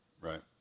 right